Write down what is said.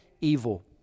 evil